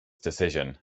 decision